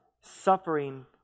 suffering